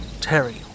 Terry